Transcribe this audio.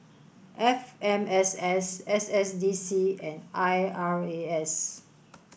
F M S S S S D C and I R A S